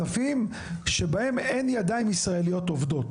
שבהם אין ידיים ישראליות עובדות.